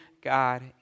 God